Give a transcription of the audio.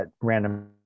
Random